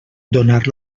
donar